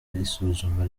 isuzuma